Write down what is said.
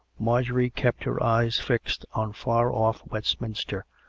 marjorie kept her eyes fixed on far-off westminster,